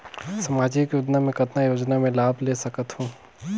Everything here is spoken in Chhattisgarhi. समाजिक योजना मे कतना योजना मे लाभ ले सकत हूं?